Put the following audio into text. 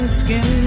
skin